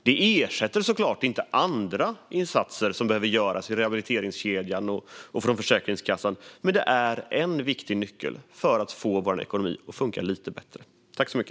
Det ersätter såklart inte andra insatser som behöver göras i rehabiliteringskedjan och från Försäkringskassans sida, men det är en viktig nyckel för att få vår ekonomi att funka lite bättre.